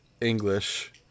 english